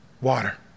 water